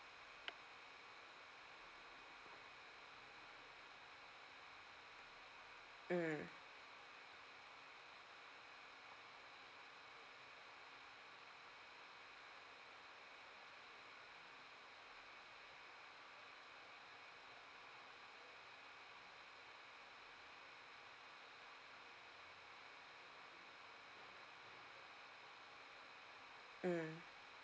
mm mm